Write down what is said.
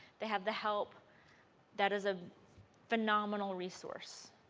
they have the help that is a phenomenal resource,